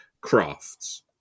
crafts